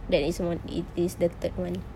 that is one it is the third one